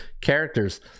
characters